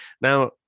Now